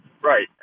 Right